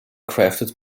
crafted